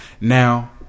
Now